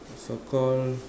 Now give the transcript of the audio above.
so call